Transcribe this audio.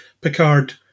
Picard